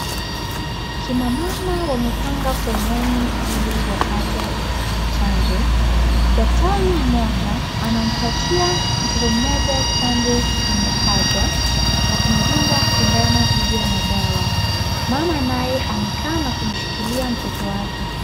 Kina mama wamepanga foleni Ili wapate chanjo. Daktari mmoja anampatia mtoto mmoja chanjo kwenye paja kwa kumdunga sindano iliyo na dawa. Mama naye amekaa na kushikilia mtoto wake.